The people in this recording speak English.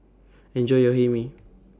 Enjoy your Hae Mee